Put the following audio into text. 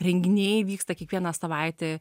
renginiai vyksta kiekvieną savaitę